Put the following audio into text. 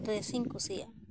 dress ᱤᱧ ᱠᱩᱥᱤᱭᱟᱜᱼᱟ